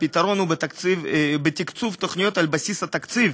הפתרון הוא בתקצוב תוכניות על בסיס התקציב,